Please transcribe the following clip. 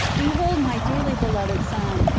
behold my dearly beloved son,